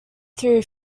through